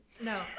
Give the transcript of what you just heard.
No